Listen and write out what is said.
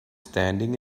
standing